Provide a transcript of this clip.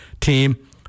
team